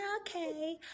okay